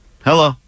Hello